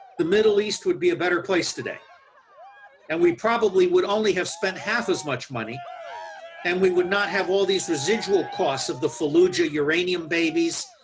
the middle east would be a better place today and we probably would only have spent half as much money and we would not have all these residual costs of the falluja uranium babies,